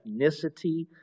ethnicity